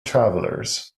travelers